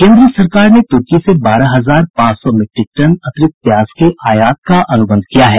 केन्द्र सरकार ने तुर्की से बारह हजार पांच सौ मीट्रिक टन अतिरिक्त प्याज के आयात का अनुबंध किया है